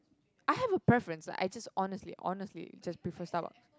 I have a preference I just honestly honestly just prefer Starbucks